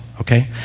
Okay